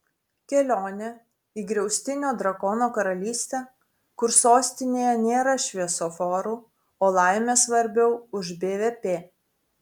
kelionė į griaustinio drakono karalystę kur sostinėje nėra šviesoforų o laimė svarbiau už bvp